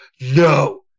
No